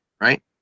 right